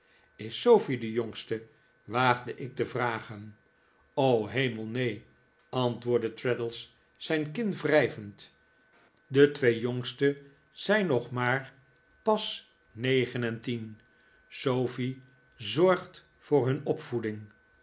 is sofie de jongste waagde ik te vragen o r hemel neen antwoordde traddles zijn kin wrijvend de twee jongste zijn nog traddles heeft een slim plan maar pas negen en tien sofie zorgt voor hun opvoeding